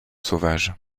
sauvage